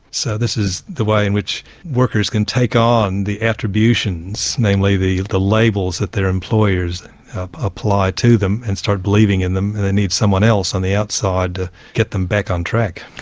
so this is the way in which workers can take on the attributions, namely the the labels that their employers apply to them, and start believing in them and they need someone else on the outside to get them back on track.